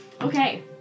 Okay